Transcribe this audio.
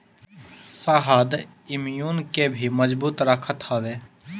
शहद इम्यून के भी मजबूत रखत हवे